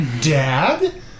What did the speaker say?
Dad